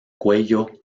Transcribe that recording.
cuello